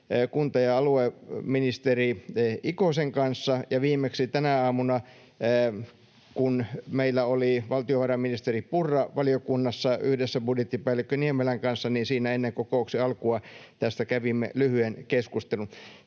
kunta- ja alueministeri Ikosen kanssa, ja viimeksi tänä aamuna, kun meillä oli valtiovarainministeri Purra valiokunnassa yhdessä budjettipäällikkö Niemelän kanssa, siinä ennen kokouksen alkua tästä kävimme lyhyen keskustelun.